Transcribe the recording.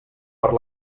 per